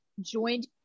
joined